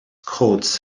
coats